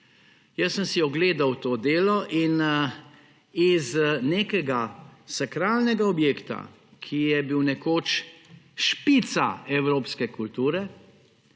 Jaz sem si ogledal to delo in iz nekega sakralnega objekta, ki je bil nekoč špica evropske kulture,